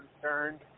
Concerned